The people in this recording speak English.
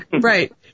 right